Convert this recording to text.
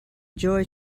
joy